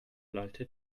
lallte